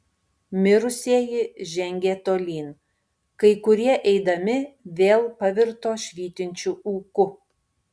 mirusieji žengė tolyn kai kurie eidami vėl pavirto švytinčiu ūku